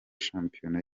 shampiyona